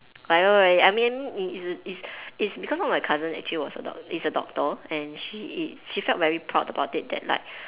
I know right I mean it's it's it's because one of my cousin is actually was a doc~ is a doctor and she is she felt very proud about it that like